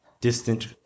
distant